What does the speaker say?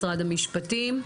משפט המשפטים.